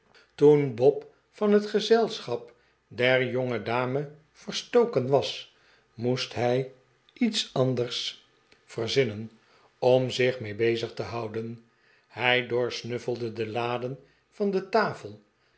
toen bob van het gezelschap d'er jongedame verstoken was moest'hij iets anders m de oude heer winkle ontvangt een brief verzinnen om zich mee bezig te houden hij doorsnuffelde de laden van de tafel